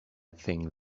thing